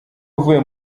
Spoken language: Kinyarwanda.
uvuye